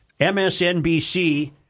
MSNBC